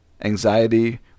Anxiety